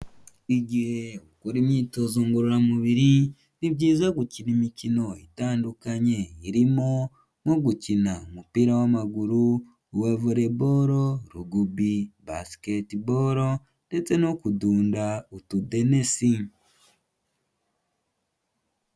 Igihe ukora imyitozo ngororamubiri ni byiza gukina imikino itandukanye irimo nko gukina umupira w'amaguru, uwa volleyball, rugubi, basketball ndetse no kudunda utudenesi.